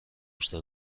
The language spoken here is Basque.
uste